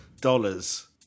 dollars